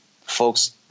folks